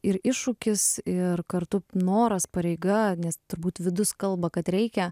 ir iššūkis ir kartu noras pareiga nes turbūt vidus kalba kad reikia